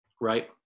right